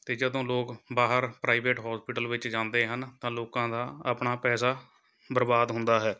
ਅਤੇ ਜਦੋਂ ਲੋਕ ਬਾਹਰ ਪ੍ਰਾਈਵੇਟ ਹੋਸਪੀਟਲ ਵਿੱਚ ਜਾਂਦੇ ਹਨ ਤਾਂ ਲੋਕਾਂ ਦਾ ਆਪਣਾ ਪੈਸਾ ਬਰਬਾਦ ਹੁੰਦਾ ਹੈ